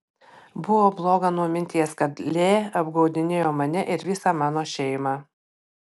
buvo bloga nuo minties kad lee apgaudinėjo mane ir visą mano šeimą